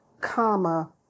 comma